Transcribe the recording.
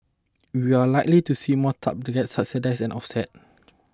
we are likely to see more targeted subsidies and offset